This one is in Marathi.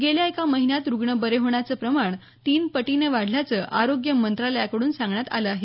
गेल्या एका महिन्यात रुग्ण बरे होण्याचं प्रमाण तीन पटीनं वाढल्याचं आरोग्य मंत्रालयाकड्रन सांगण्यात आलं आहे